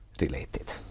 related